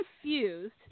confused